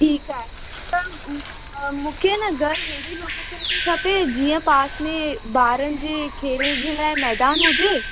ठीकु आहे त मूंखे न घर अहिड़ी लोकेशन ते खपे जीअं पास में ॿारनि जे खेल जे लाइ मैदान हुजे